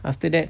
after that